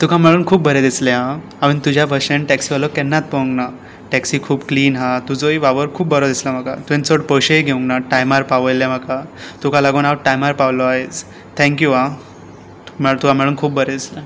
तुका मेळून खूब बरें दिसलें आं हांवें तुज्या भाशेन टॅक्सिवालो केन्नाच पळोवंक ना टॅक्सि खूब क्लिन आसा तुजोय वावर खूब बरो दिसलो म्हाका तुवें चड पयशे घेवंक ना टायमार पावयले म्हाका तुका लागून हांव टायमार पावलो आयज थॅक्यू आं तुका मेळून खूब बरें दिसलें